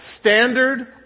Standard